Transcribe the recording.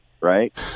right